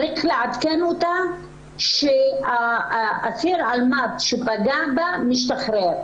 צריך לעדכן אותה שאסיר אלמ"ב שפגע בה משתחרר.